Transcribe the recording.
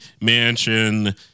mansion